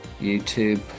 YouTube